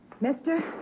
Mister